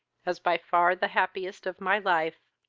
as by far the happiest of my life.